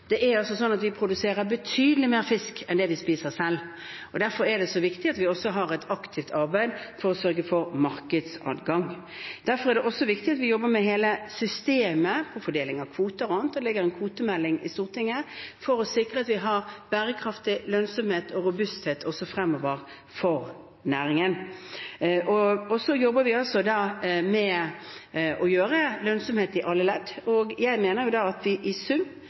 Vi produserer altså betydelig mer fisk enn det vi spiser selv. Derfor er det så viktig at vi har et aktivt arbeid for å sørge for markedsadgang. Derfor er det også viktig at vi jobber med hele systemet for fordeling av kvoter o.a. – det ligger en kvotemelding i Stortinget – for å sikre at vi har bærekraftig lønnsomhet og robusthet også fremover for næringen. Vi jobber altså med å gjøre det lønnsomt i alle ledd. Jeg mener da at vi i sum